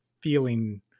feeling